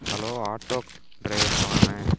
hello auto ட்ரைவருங்களாண்ணா